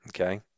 okay